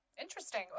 Interesting